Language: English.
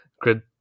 grid